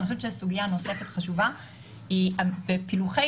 אני חושבת שסוגיה נוספת חשובה היא בפילוחי